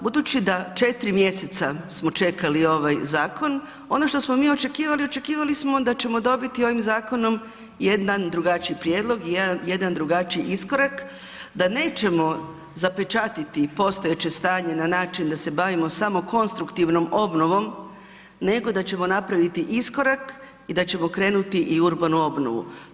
Budući da 4 mjeseca smo čekali ovaj zakon, ono što smo mi očekivali, očekivali smo da ćemo dobiti ovim zakonom jedan drugačiji prijedlog i jedan drugačiji iskorak, da nećemo zapečatiti postojeće stanje na način da se bavimo samo konstruktivnom obnovom nego da ćemo napraviti iskorak i da ćemo krenuti u urbanu obnovu.